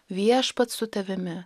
viešpats su tavimi